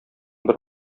бер